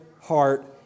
heart